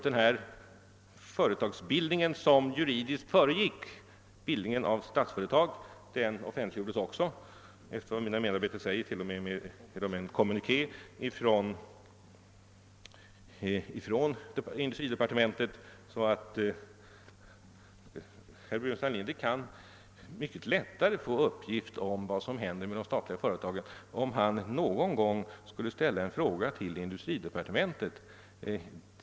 Denna företagsbildning som juridiskt föregick upprättandet av Statsföretag AB offentliggjordes också, efter vad mina medarbetare säger, t.o.m. i en kommuniké från industridepartementet. Och herr Burenstam Linder kan mycket lättare få uppgift om vad som händer med de statliga företagen om han någon gång ställer en fråga till industridepartementet.